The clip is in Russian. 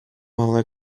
малой